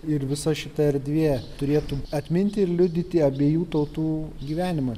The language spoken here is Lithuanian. ir visa šita erdvė turėtų atminti ir liudyti abiejų tautų gyvenimą